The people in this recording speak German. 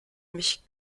mich